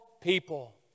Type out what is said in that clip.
people